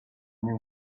knew